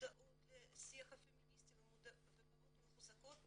שמודעות מאוד לשיח הפמיניסטי ובאות מחוזקות,